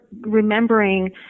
remembering